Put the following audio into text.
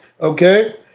Okay